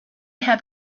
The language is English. have